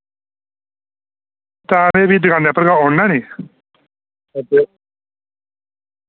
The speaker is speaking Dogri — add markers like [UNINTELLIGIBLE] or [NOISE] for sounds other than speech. तां मैं फ्ही दुकाने उप्पर गै औना नि [UNINTELLIGIBLE]